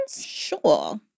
Sure